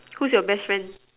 who's your best friend